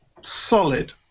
solid